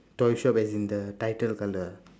toy shop as in the title color ah